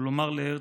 ולומר להרצל: